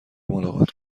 ملاقات